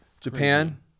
Japan